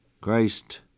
Christ